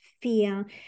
fear